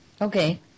Okay